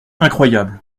incroyable